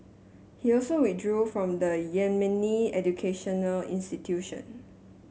he also withdrew from the Yemeni educational institution